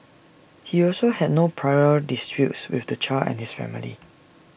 he also had no prior disputes with the child and his family